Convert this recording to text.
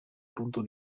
punto